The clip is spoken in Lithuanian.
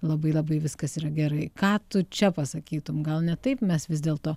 labai labai viskas yra gerai ką tu čia pasakytum gal ne taip mes vis dėlto